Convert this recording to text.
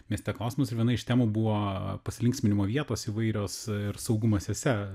mieste klausimus ir viena iš temų buvo pasilinksminimo vietos įvairios ir saugumas jose